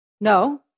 No